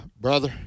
Brother